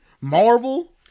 Marvel